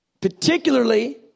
Particularly